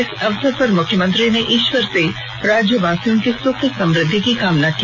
इस अवसर पर मुख्यमंत्री ने ईश्वर से राज्यवासियों की सुख समृद्धि की कामना की